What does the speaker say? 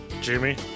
Jimmy